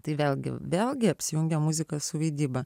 tai vėlgi vėlgi apsijungia muzika su vaidyba